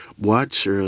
Watch